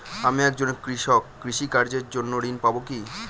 আমি একজন কৃষক কৃষি কার্যের জন্য ঋণ পাব কি?